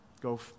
go